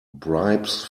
bribes